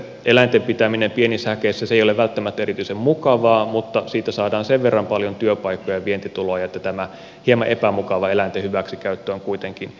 eläinten pitäminen pienissä häkeissä ei ole välttämättä erityisen mukavaa mutta siitä saadaan sen verran paljon työpaikkoja ja vientituloja että tämä hieman epämukava eläinten hyväksikäyttö on kuitenkin perusteltua